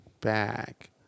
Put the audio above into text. back